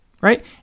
right